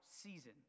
season